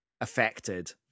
affected